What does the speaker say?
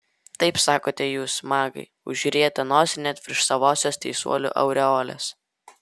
taip sakote jūs magai užrietę nosį net virš savosios teisuolių aureolės